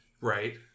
right